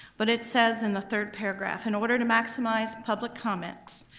but it says in the third paragraph, in order to maximize public comment,